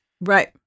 Right